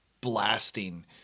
blasting